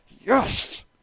yes